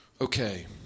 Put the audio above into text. okay